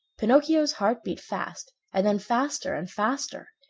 pinocchio's heart beat fast, and then faster and faster.